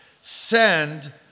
Send